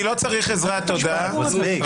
ברוכים הבאים.